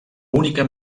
única